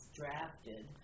drafted